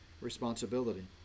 responsibility